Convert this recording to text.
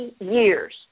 years